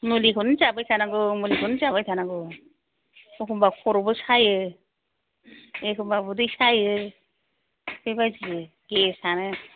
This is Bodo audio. मुलिखौनो जाबाय थानांगौ मुलिखौनो जाबाय थानांगौ एखनबा खर'बो सायो एखनबा उदै सायो बेबायदि गेस आनो